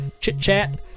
chit-chat